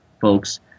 folks